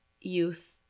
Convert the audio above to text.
youth